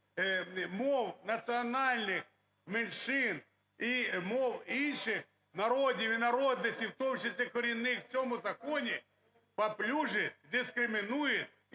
мов національних меншин і мов інших народів і народностей, в тому числі корінних, в цьому законі паплюжить, дискримінує